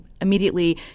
immediately